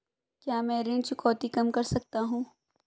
क्या मैं ऋण चुकौती कम कर सकता हूँ?